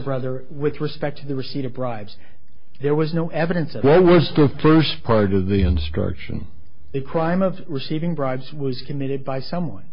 brother with respect to the receipt of bribes there was no evidence that there was the first part of the instruction the crime of receiving bribes was committed by someone